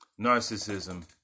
Narcissism